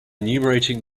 enumerating